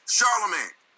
Charlemagne